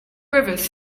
rivers